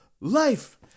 life